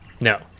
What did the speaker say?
No